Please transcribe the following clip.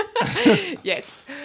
Yes